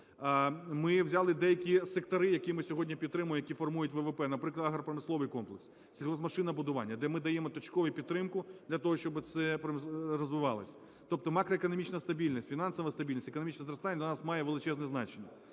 Ми взяли деякі сектори, які ми сьогодні підтримуємо, які формують ВВП, наприклад, агропромисловий комплекс, сільгоспмашинобудування, де ми даємо точкову підтримку для того, щоб це розвивалось. Тобто макроекономічна стабільність, фінансова стабільність, економічне зростання для нас має величезне значення.